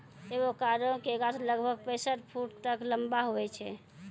avocado के गाछ लगभग पैंसठ फुट तक लंबा हुवै छै